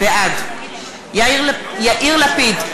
בעד יאיר לפיד,